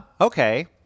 okay